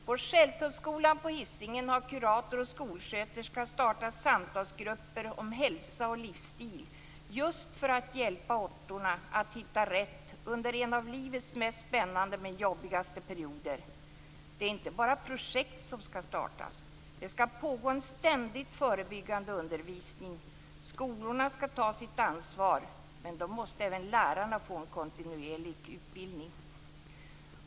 På Skälltorpsskolan på Hisingen har kurator och skolsköterska startat samtalsgrupper om hälsa och livsstil, för att hjälpa åttorna att hitta rätt under en av livets mest spännande men jobbigaste perioder. Det är inte bara projekt som skall startas. Det skall pågå en ständigt förebyggande undervisning. Skolorna skall ta sitt ansvar, men då måste även lärarna få en kontinuerlig utbildning.